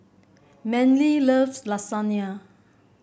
Manly loves Lasagna